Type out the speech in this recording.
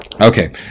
Okay